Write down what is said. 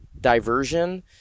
diversion